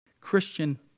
Christian